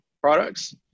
products